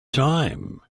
time